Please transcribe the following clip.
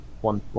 one